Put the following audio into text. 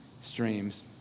streams